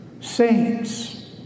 Saints